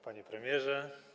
Panie Premierze!